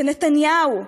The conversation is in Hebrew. זה נתניהו,